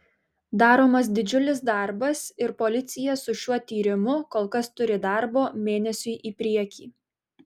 daromas didžiulis darbas ir policija su šiuo tyrimu kol kas turi darbo mėnesiui į priekį